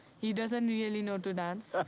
he doesn't really know to dance.